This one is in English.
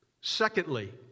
Secondly